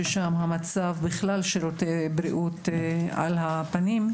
ששם המצב של שירותי הבריאות בכלל על הפנים.